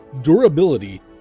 durability